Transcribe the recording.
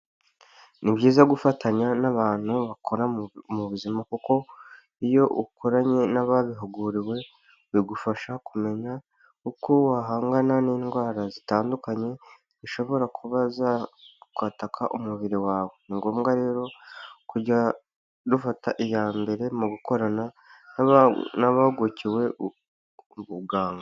Ni byiza gufatanya n'abantu bakora mu buzima kuko iyo ukoranye n'ababihuguriwe bigufasha kumenya uko wahangana n'indwara zitandukanye, zishobora kuba zakwataka umubiri wawe, ni ngombwa rero kujya dufata iya mbere mu gukorana n'abahugukiwe ubuganga.